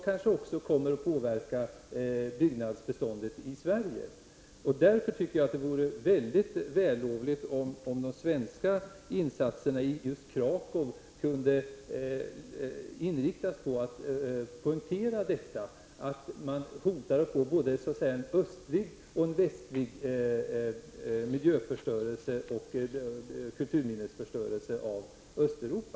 Därmed kan även byggnadsbiståndet i Sverige påverkas. Mot den bakgrunden tycker jag att det vore mycket vällovligt om de svenska insatserna i just Kraków hade en sådan inriktning att det klart framgår att det finns en risk för att det blir så att säga både en västlig och en östlig miljöförstörelse och kulturminnesförstörelse vad gäller Östeuropa.